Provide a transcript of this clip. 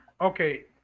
okay